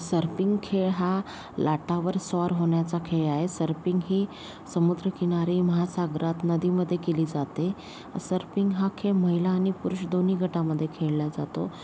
surfing खेळ हा लाटांवर स्वार होण्याचा खेळ आहे सर्पिंग ही समुद्रकिनारी महासागरात नदीमध्ये केली जाते सर्पिंग हा खेळ महिला आणि पुरुष दोन्ही गटामध्ये खेळला जातो